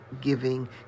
giving